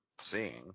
seeing